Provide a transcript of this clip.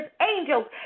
angels